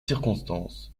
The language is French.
circonstance